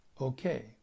Okay